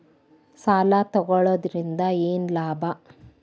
ಸಾಲ ತಗೊಳ್ಳುವುದರಿಂದ ಏನ್ ಲಾಭ?